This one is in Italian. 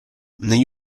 negli